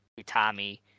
Utami